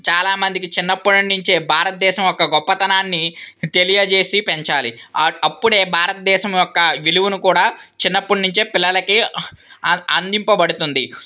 చాలామందికి చిన్నప్పటి నుంచి భారతదేశం యొక్క గొప్పతనాన్ని తెలియచేసి పెంచాలి అప్పుడే భారతదేశం యొక్క విలువను కూడా చిన్నప్పటి నుంచి పిల్లలకి అంది అందించబడుతుంది